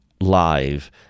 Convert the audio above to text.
live